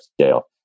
scale